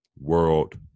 world